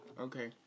Okay